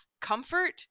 comfort